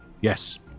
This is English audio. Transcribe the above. Yes